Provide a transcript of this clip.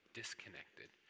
disconnected